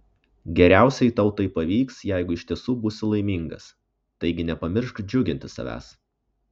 geriausiai tau tai pavyks jeigu iš tiesų būsi laimingas taigi nepamiršk džiuginti savęs